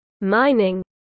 mining